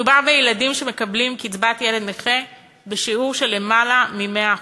מדובר בילדים שמקבלים קצבת ילד נכה בשיעור שלמעלה מ-100%,